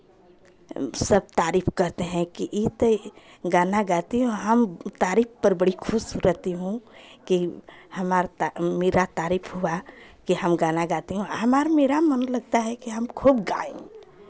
सब तारीफ़ करते हैं कि ये तो गाना गाती हूँ हम तारीफ़ पर बड़ी खुश रहती हूँ कि हमारा मेरा तारीफ़ हुआ कि हम गाना गाती हूँ हमारा मेरा मन लगता है कि हम खूब गाएँ